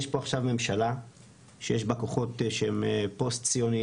יש פה עכשיו ממשלה שיש בה כוחות שהם פוסט-ציוניים,